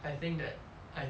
I think that I